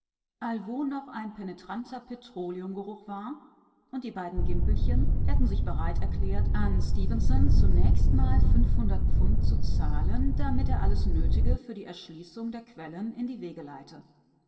allwo noch ein penetranter petroleumgeruch war und die beiden gimpelchen hätten sich bereit erklärt an stefenson zunächst mal fünfhundert pfund zu zahlen damit er alles nötige für die erschließung der quellen in die wege